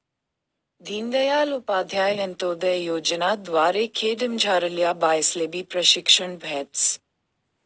दीनदयाल उपाध्याय अंतोदय योजना द्वारे खेडामझारल्या बायास्लेबी प्रशिक्षण भेटस